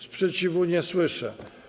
Sprzeciwu nie słyszę.